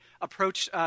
approached